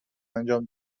انجام